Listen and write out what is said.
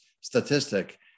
statistic